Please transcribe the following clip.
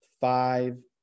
five